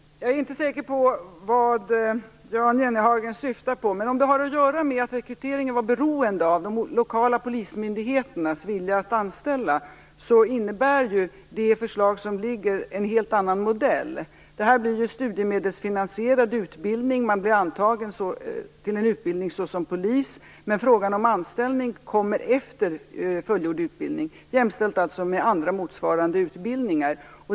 Herr talman! Jag är inte säker på vad Jan Jennehag syftar på, men om det har att göra med att rekryteringen var beroende av de lokala polismyndigheternas vilja att anställa innebär det föreliggande förslaget en helt annan modell. Det blir en studiemedelsfinansierad utbildning. Man blir antagen till en utbildning som polis, men frågan om anställning kommer efter fullgjord utbildning på samma sätt som vid andra motsvarande utbildningar.